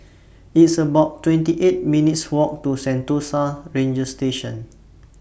It's about twenty eight minutes' Walk to Sentosa Ranger Station